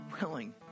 willing